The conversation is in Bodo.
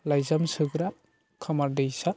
लाइजाम सोग्रा खामार दैसा